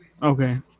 Okay